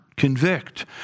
convict